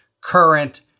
current